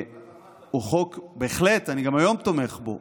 הוא חוק --- אתה תמכת בו.